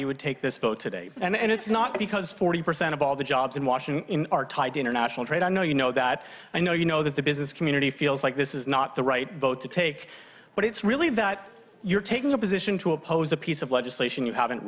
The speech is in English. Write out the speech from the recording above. you would take this photo day and it's not because forty percent of all the jobs in washington are tied to international trade i know you know that i know you know that the business community feels like this is not the right vote to take but it's really that you're taking a position to oppose a piece of legislation you haven't